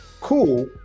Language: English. Cool